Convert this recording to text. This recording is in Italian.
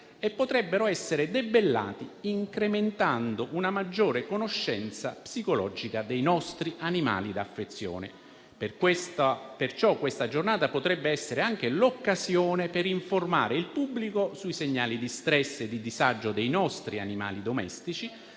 e potrebbero essere debellati incrementando una maggiore conoscenza psicologica dei nostri animali da affezione. Questa giornata potrebbe essere pertanto anche l'occasione per informare il pubblico sui segnali di stress e di disagio degli animali domestici,